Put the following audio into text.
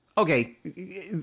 Okay